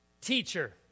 Teacher